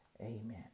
amen